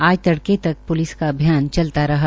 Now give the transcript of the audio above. आज तड़के तक प्लिस का अभियान चलता रहा